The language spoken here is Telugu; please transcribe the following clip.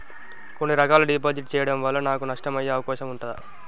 కొన్ని రకాల డిపాజిట్ చెయ్యడం వల్ల నాకు నష్టం అయ్యే అవకాశం ఉంటదా?